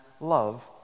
love